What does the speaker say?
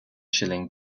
shilling